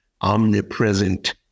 omnipresent